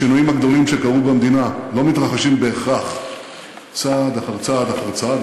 השינויים הגדולים שקרו במדינה לא מתרחשים בהכרח צעד אחר צעד אחר צעד.